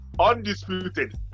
undisputed